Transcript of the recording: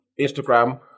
Instagram